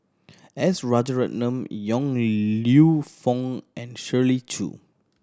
S Rajaratnam Yong Lew Foong and Shirley Chew